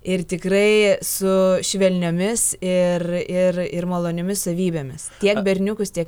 ir tikrai su švelniomis ir ir ir maloniomis savybėmis tiek berniukus tiek